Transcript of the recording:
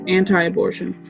anti-abortion